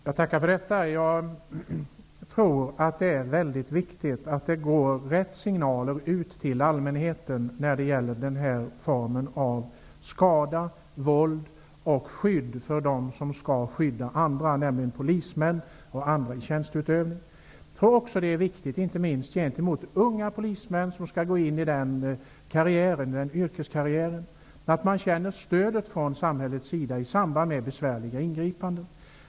Herr talman! Jag tackar för detta. Jag tror att det är väldigt viktigt att rätt signal går ut till allmänheten när det gäller denna form av våld mot och skydd av dem som skall skydda andra, nämligen polismän och andra tjänsteutövare. Det är viktigt att de unga polismän som skall in i denna yrkeskarriär känner stödet från samhället i samband med besvärliga ingripanden.